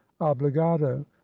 obligado